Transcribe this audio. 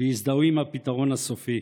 והזדהו עם הפתרון הסופי.